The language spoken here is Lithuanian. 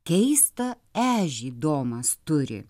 keista ežį domas turi